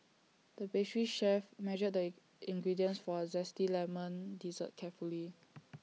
the pastry chef measured the ingredients for A Zesty Lemon Dessert carefully